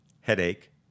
headache